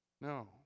No